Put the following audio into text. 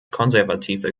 konservative